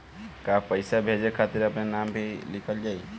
का पैसा भेजे खातिर अपने नाम भी लिकल जाइ?